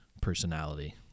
personality